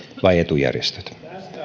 vai etujärjestöt